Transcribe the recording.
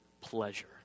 pleasure